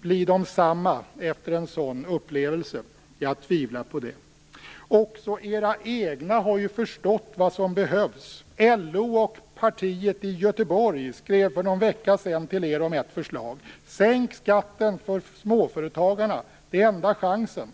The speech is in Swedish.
bli desamma efter en sådan upplevelse? Jag tvivlar på det! Också era egna har ju förstått vad som behövs. LO och partiet i Göteborg skrev för någon vecka sedan till er om ett förslag: Sänk skatten för småföretagare; det är enda chansen!